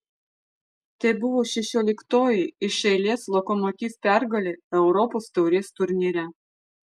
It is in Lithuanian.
tai buvo šešioliktoji iš eilės lokomotiv pergalė europos taurės turnyre